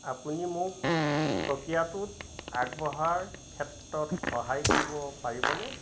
আপুনি মোক প্ৰক্ৰিয়াটোত আগবঢ়াৰ ক্ষেত্ৰত সহায় কৰিব পাৰিবনে